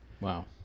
Wow